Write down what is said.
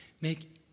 make